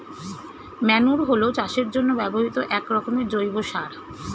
manure হলো চাষের জন্য ব্যবহৃত একরকমের জৈব সার